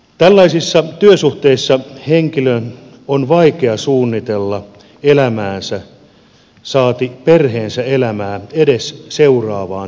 tällaisissa työsuhteissa henkilön on vaikea suunnitella elämäänsä saati perheensä elämää edes seuraavaan tilipäivään